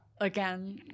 again